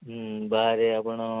ହୁଁ ବାହାରେ ଆପଣ